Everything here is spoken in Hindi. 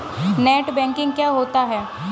नेट बैंकिंग क्या होता है?